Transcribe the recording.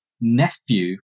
nephew